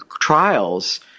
trials